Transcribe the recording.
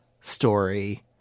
story